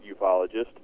ufologist